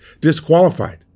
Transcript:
disqualified